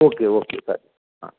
okay okay bye हां